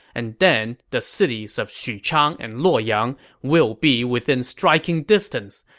and then the cities of xuchang and luoyang will be within striking distance.